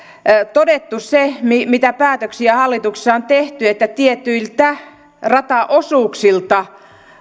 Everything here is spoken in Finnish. todettu se mitä päätöksiä hallituksessa on tehty että tietyiltä rataosuuksilta